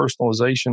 personalization